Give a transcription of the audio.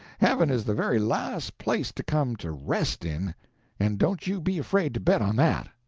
heaven is the very last place to come to rest in and don't you be afraid to bet on that!